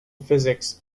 physics